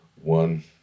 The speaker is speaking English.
One